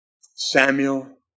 Samuel